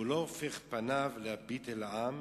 שהוא לא הופך פניו להביט אל העם,